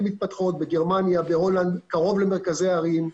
מפותחות בגרמניה ובהולנד קרוב למרכזי הערים.